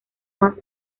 más